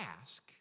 ask